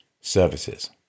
services